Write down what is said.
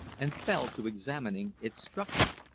and fell to examining its structure.